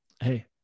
hey